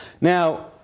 Now